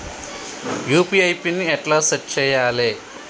UPI PIN ఎట్లా set చేయాలే?